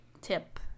tip